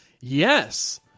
yes